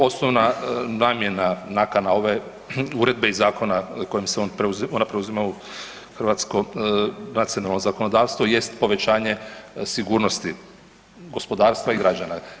Osnovna namjena, nakana ove uredbe i zakona kojim se ona preuzima u hrvatsko nacionalno zakonodavstvo jest povećanje sigurnosti gospodarstva i građana.